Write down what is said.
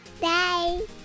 Bye